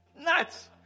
Nuts